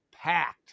packed